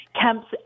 Kemp's